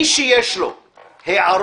מי שיש לו הערות,